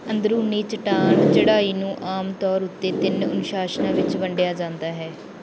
ਅੰਦਰੂਨੀ ਚੱਟਾਨ ਚੜ੍ਹਾਈ ਨੂੰ ਆਮ ਤੌਰ ਉੱਤੇ ਤਿੰਨ ਅਨੁਸ਼ਾਸਨਾਂ ਵਿੱਚ ਵੰਡਿਆ ਜਾਂਦਾ ਹੈ